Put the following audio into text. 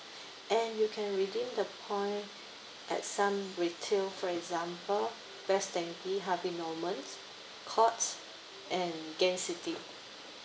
and you can redeem the point at some retail for example best denki harvey norman courts and gain city